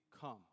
come